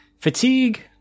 Fatigue